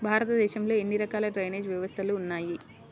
భారతదేశంలో ఎన్ని రకాల డ్రైనేజ్ వ్యవస్థలు ఉన్నాయి?